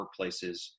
workplaces